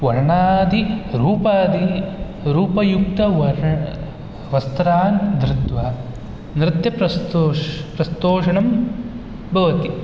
वर्णादिरूपादि रूपयुक्तवर्ण वस्त्रान् धृत्वा नृत्यप्रस्तोष् प्रस्तोषणं भवति